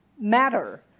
matter